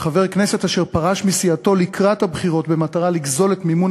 וחבר כנסת אשר פרש מסיעתו לקראת הבחירות במטרה לגזול את מימון